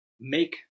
make